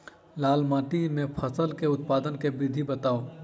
लाल माटि मे फसल केँ उत्पादन केँ विधि बताऊ?